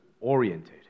oriented